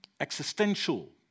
existential